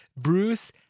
Bruce